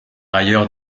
ailleurs